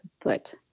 foot